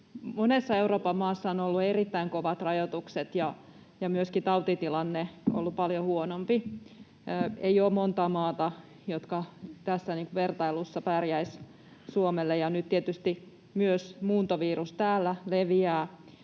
Monessa Euroopan maassa on ollut erittäin kovat rajoitukset, ja myöskin tautitilanne on ollut paljon huonompi. Ei ole montaa maata, jotka tässä vertailussa pärjäisivät Suomelle. Ja nyt tietysti myös muuntovirus täällä leviää,